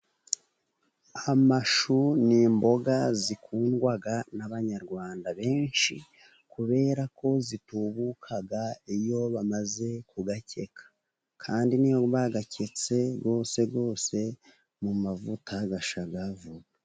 Amashu ni imboga zikundwa n'abanyarwanda benshi, kubera ko zitubuka iyo bamaze kuyakeka, kandi n 'iyo bayaketse yose yose mu mavuta ashya vuba.